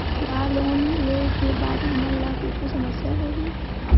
का लोन ले के बाद हमन ला कुछु समस्या होही?